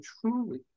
truly